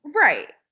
right